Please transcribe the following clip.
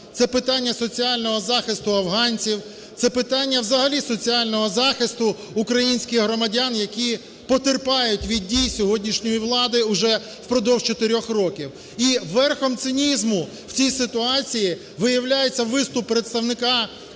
це питання соціального захисту афганців, це питання взагалі соціального захисту українських громадян, які потерпають від дій сьогоднішньої влади уже впродовж 4 років. І верхом цинізму в цій ситуації виявляється виступ представника